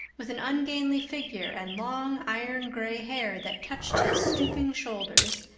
with an ungainly figure and long iron-gray hair that touched his stooping shoulders,